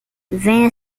venha